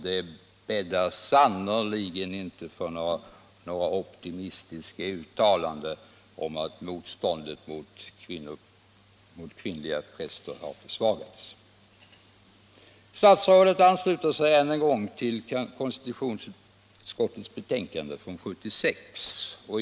De bäddar sannerligen inte för några optimistiska uttalanden om att motståndet mot kvinnliga präster har försvagats. Statsrådet ansluter sig än en gång till konstitutionsutskottets betänkande 1975/76:38.